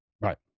Right